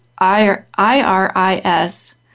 I-R-I-S